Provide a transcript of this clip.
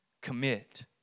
Commit